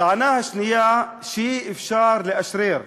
הטענה השנייה היא שאי-אפשר לאשרר,